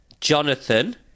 Jonathan